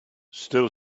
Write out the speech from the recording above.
still